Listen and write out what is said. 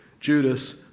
Judas